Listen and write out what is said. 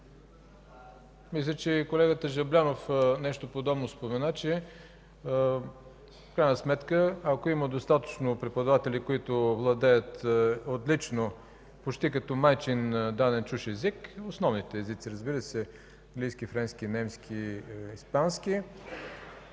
Мисля, че и колегата Жаблянов спомена нещо подобно – че в крайна сметка, ако има достатъчно преподаватели, които владеят отлично, почти като майчин, даден чужд език – по основните езици английски, френски, немски и испански,